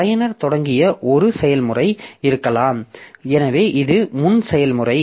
பயனர் தொடங்கிய ஒரு செயல்முறை இருக்கலாம் எனவே இது முன் செயல்முறை